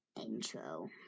intro